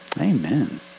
Amen